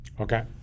Okay